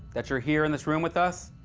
that you're here in this room with us?